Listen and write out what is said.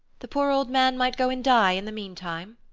the poor old man might go and die in the meantime.